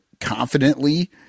confidently